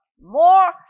More